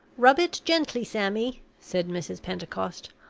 rub it gently, sammy, said mrs. pentecost.